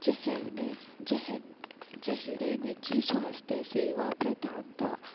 जंहिं ॾे जंहिं जहिड़े निजी स्वास्थ्य सेवा प्रधान था